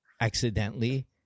accidentally